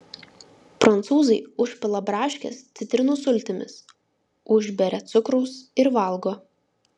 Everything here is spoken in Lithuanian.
prancūzai užpila braškes citrinų sultimis užberia cukraus ir valgo